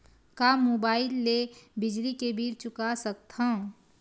का मुबाइल ले बिजली के बिल चुका सकथव?